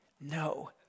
No